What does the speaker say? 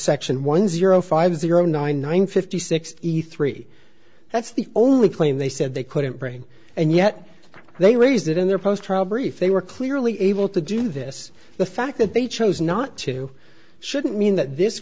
section one zero five zero nine nine fifty sixty three that's the only claim they said they couldn't bring and yet they raised it in their post trial brief they were clearly able to do this the fact that they chose not to shouldn't mean that this